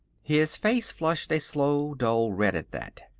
his face flushed a slow, dull red at that.